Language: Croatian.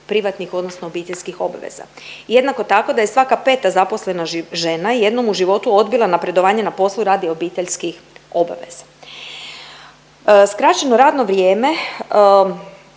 privatnih odnosno obiteljskih obveza. Jednako tako da je svaka 5. zaposlena žena jednom u životu odbila napredovanje na poslu radi obiteljskih obaveza. Skraćeno radno vrijeme